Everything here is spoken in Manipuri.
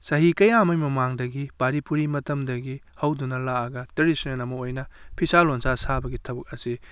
ꯆꯍꯤ ꯀꯌꯥ ꯑꯃꯒꯤ ꯃꯃꯥꯡꯗꯒꯤ ꯄꯥꯔꯤ ꯄꯨꯔꯤ ꯃꯇꯝꯗꯒꯤ ꯍꯧꯗꯨꯅ ꯂꯥꯛꯑꯒ ꯇ꯭ꯔꯦꯗꯤꯁꯅꯦꯟ ꯑꯃ ꯑꯣꯏꯅ ꯐꯤꯁꯥ ꯂꯣꯟꯁꯥ ꯁꯥꯕꯒꯤ ꯊꯕꯛ ꯑꯁꯤ